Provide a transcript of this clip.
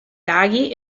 laghi